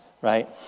right